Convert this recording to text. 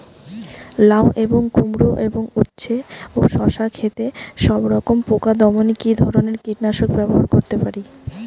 লাউ এবং কুমড়ো এবং উচ্ছে ও শসা ক্ষেতে সবরকম পোকা দমনে কী ধরনের কীটনাশক ব্যবহার করতে পারি?